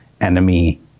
enemy